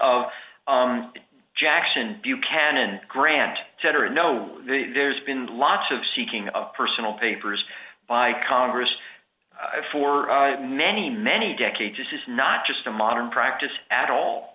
of jackson buchanan grant general know there's been lots of seeking of personal papers by congress for many many decades this is not just a modern practice a